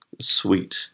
sweet